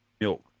milk